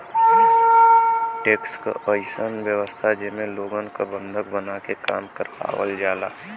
tax क अइसन व्यवस्था जेमे लोगन क बंधक बनाके काम करावल जाला